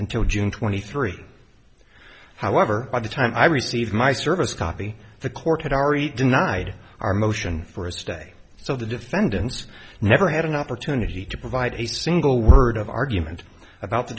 until june twenty three however by the time i received my service copy the court had already denied our motion for us today so the defendants never had an opportunity to provide a single word of argument about the